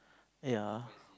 ya